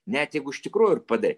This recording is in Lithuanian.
net jeigu iš tikrųjų ir padarei